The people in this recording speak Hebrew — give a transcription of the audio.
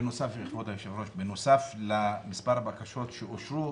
כבוד היושב-ראש, בנוסף למספר הבקשות שאושרו,